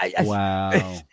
Wow